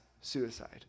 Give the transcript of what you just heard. suicide